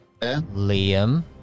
Liam